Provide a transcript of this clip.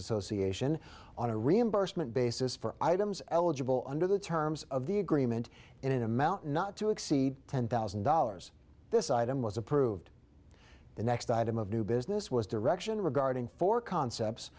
association on a reimbursement basis for items eligible under the terms of the agreement and an amount not to exceed ten thousand dollars this item was approved the next item of new business was direction regarding four concepts